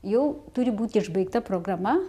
jau turi būt išbaigta programa